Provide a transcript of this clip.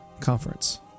conference